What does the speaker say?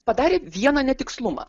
padarė vieną netikslumą